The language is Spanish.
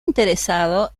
interesado